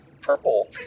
purple